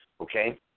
Okay